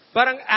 Parang